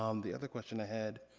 um the other question i had,